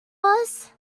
was